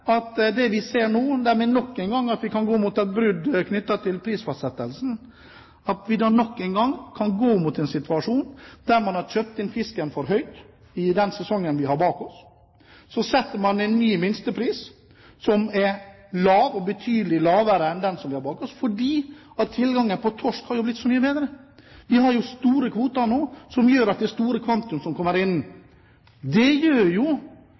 at det vi ser nå, er at vi nok en gang kan gå mot et brudd knyttet til prisfastsettelsen, at vi da nok en gang kan gå mot en situasjon der man har kjøpt inn fisken for dyrt i den sesongen vi har bak oss. Så setter man en ny minstepris som er lav, og betydelig lavere enn den vi har bak oss, fordi tilgangen på torsk har blitt så mye bedre. Vi har store kvoter nå, som gjør at det er store kvanta som kommer inn. Det gjør